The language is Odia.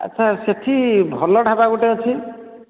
ଆଚ୍ଛା ସେଠି ଭଲ ଢାବା ଗୋଟେ ଅଛି